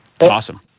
Awesome